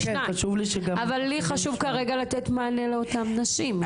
אבל חשוב לי לתת מענה כרגע לאותן נשים.